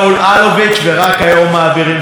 ואחריה,